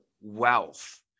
wealth